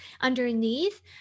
underneath